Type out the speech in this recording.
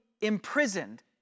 imprisoned